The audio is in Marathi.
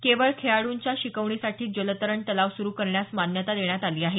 केवळ खेळाडूंच्या शिकवणीसाठीच जलतरण तलाव सुरु करण्यास मान्यता देण्यात आली आहे